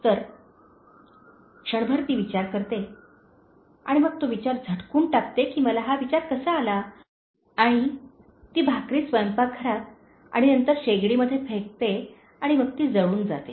तर क्षणभर ती विचार करते आणि मग तो विचार झटकून टाकते की मला हा विचार कसा आला आणि ती भाकरी स्वयंपाकघरात आणि नंतर शेगडीमध्ये फेकते आणि मग ती जळून जाते